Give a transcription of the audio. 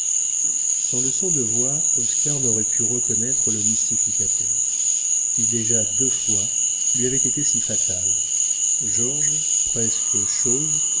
sans le son de voix oscar n'aurait pu reconnaître le mystificateur qui déjà deux fois lui avait été si fatal georges presque chauve